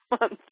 month